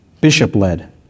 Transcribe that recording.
bishop-led